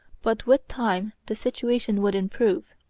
but with time the situation would improve.